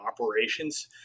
operations